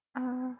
err